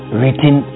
written